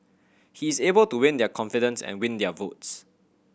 he is able to win their confidence and win their votes